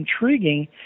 intriguing